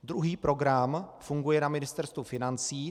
Druhý program funguje na Ministerstvu financí.